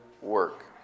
work